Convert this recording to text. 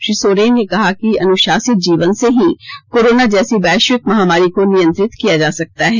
श्री सोरेन ने कहा कि अनुशासित जीवन से ही कोरोना जैसी वैश्विक महामारी को नियंत्रित किया जा सकता है